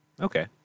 Okay